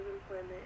employment